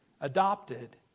adopted